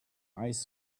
ice